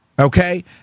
okay